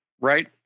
right